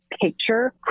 picture